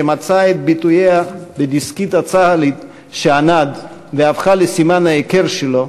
שמצאה את ביטויה בדסקית הצה"לית שענד והפכה לסימן ההיכר שלו,